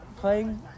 playing